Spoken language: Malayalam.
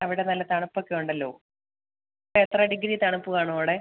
അവിടെ നല്ല തണുപ്പ് ഒക്കെ ഉണ്ടല്ലോ എത്ര ഡിഗ്രി തണുപ്പ് കാണും അവിടെ